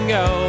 go